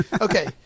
Okay